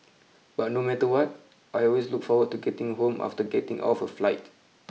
but no matter what I always look forward to getting home after getting off a flight